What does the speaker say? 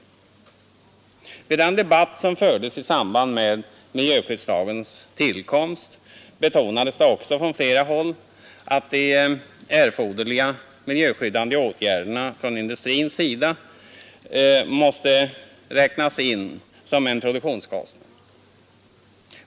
Vid den debatt som fördes i samband med miljöskyddslagens tillkomst betonades det också från flera håll att de erforderliga miljöskyddande åtgärderna från industrins sida måste räknas in som en produktionskostnad.